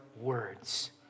words